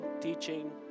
teaching